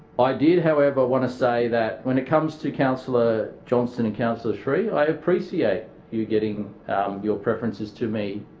i did however want to say that when it comes to councillor johnston and councillor sri i appreciate you getting your preferences to me.